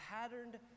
patterned